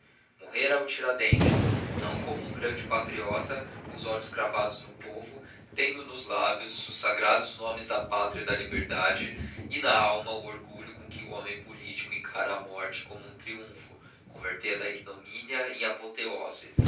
morrera o tiradentes não como um grande patriota com os olhos cravados no povo tendo nos lábios os sagrados nomes da pátria e da liberdade e na alma o orgulho com que o homem politico encara a morte como um triumpho convertendo a ignominia em apotheose